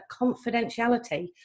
confidentiality